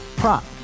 prop